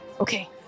Okay